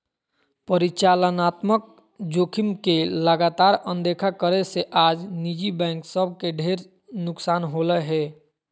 परिचालनात्मक जोखिम के लगातार अनदेखा करे से आज निजी बैंक सब के ढेर नुकसान होलय हें